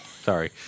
Sorry